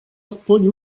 aspoň